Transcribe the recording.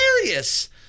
hilarious